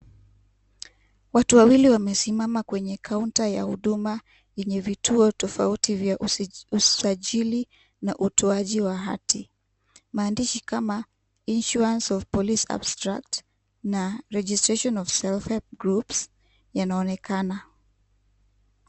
Watu wawili wamesimama kwenye kaunta ya huduma yenye vituo tofauti za usajili na utoaji wa hati. Maandishi kama insurance of police abstract na registration of self help groups yanaonekana.